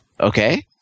Okay